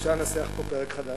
אפשר לנסח פה פרק חדש,